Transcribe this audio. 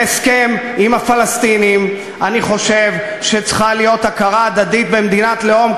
אני חושב שבהסכם עם הפלסטינים צריכה להיות הכרה הדדית במדינת לאום,